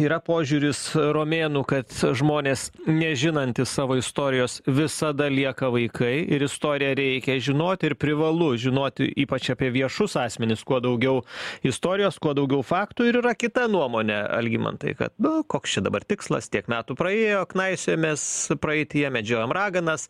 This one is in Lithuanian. yra požiūris romėnų kad žmonės nežinantys savo istorijos visada lieka vaikai ir istoriją reikia žinot ir privalu žinot ypač apie viešus asmenis kuo daugiau istorijos kuo daugiau faktų ir yra kita nuomonė algimantai kad nu koks čia dabar tikslas tiek metų praėjo knaisiojamės praeityje medžiojam raganas